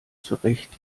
zurecht